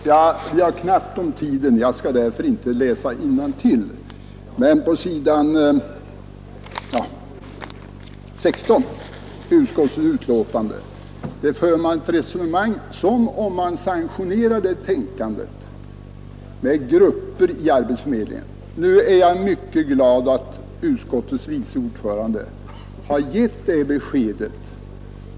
Herr talman! Vi har knappt om tid, och jag skall därför inte läsa innantill. Men på s. 16 i utskottets betänkande för man ett resonemang som om man sanktionerade grupptänkandet när det gäller arbetsförmedlingen. Nu är jag mycket glad över att utskottets vice ordförande har gett det här beskedet.